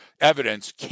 evidence